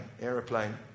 airplane